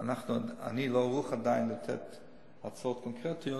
אני לא ערוך עדיין לתת הצעות קונקרטיות,